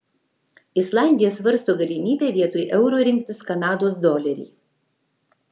islandija svarsto galimybę vietoj euro rinktis kanados dolerį